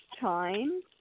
time